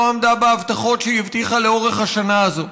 עמדה בהבטחות שהיא הבטיחה לאורך השנה הזאת.